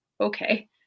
okay